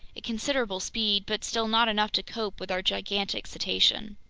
a considerable speed but still not enough to cope with our gigantic cetacean.